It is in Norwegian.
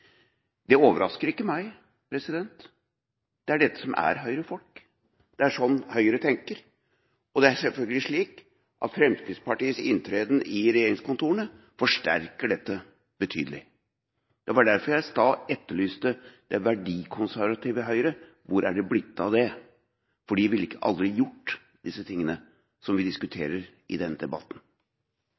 Det overrasker ikke meg. Dette er Høyre-folk, det er slik Høyre tenker, og det er selvfølgelig slik at Fremskrittspartiets inntreden i regjeringskontorene forsterker dette betydelig. Det var derfor jeg i sted etterlyste det verdikonservative Høyre. Hvor er det blitt av det? De ville aldri gjort disse tingene som vi diskuterer i denne debatten.